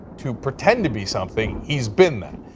to pretend to be something, he's been that.